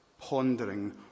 pondering